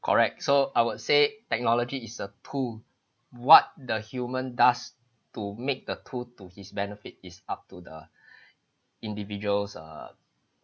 correct so I would say technology is a tool what the human does to make the tool to his benefit is up to the individuals uh